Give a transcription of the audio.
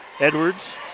Edwards